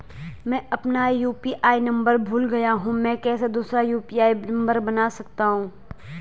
मैं अपना UPI number भूल गया हूँ मैं कैसे दूसरा यु.पी.आई नम्बर बना सकता हूँ?